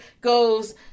goes